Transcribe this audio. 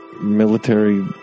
military